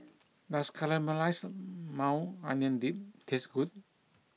does Caramelized Maui Onion Dip taste good